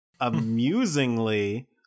amusingly